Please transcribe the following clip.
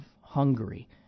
Hungary